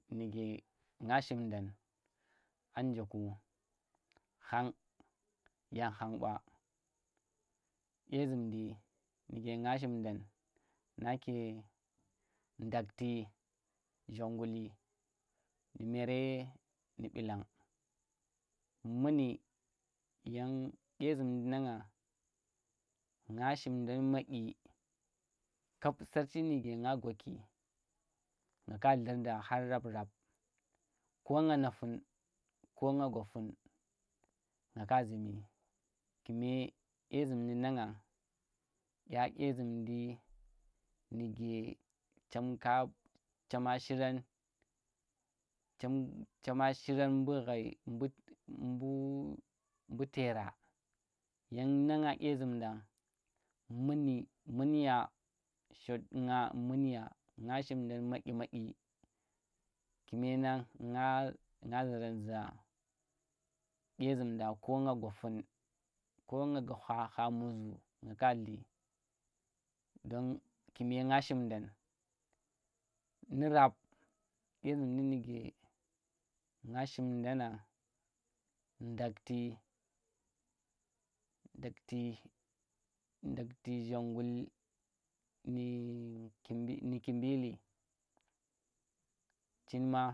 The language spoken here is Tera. Nuge nga shim dam a nje ku khang, yan khan ɓa dye zumdi nuge nga shim ndan, nake ndakhti zhonguli, nu mere nu ɓilang muni, yem dye zundi nang ngang nga shimden madyi kap sarci nuge nga gwaki, nga ka dlurnda khor rab rab ko nga na fun, ko nga gwa fun nga ka zumi kime dye zun ɗi neng ngang dya dye zun ɗi nuge chemka, chema shiran, chem chema shiram mbu ghai mbu tera yema neng nga dyu zum da muni munya shot, nga manya nga shimdam madyi madyi, kume nang nga, nga nga zuranza dye zun dang ko nga gwafen, ko nga gwa kha, kha muzu nga ku dli, don kume nga shimdan nu rab dye zundi nuge nge shimdan nang ndakhti, ndakhti zhongul nu ki, nu kimbili chin ma.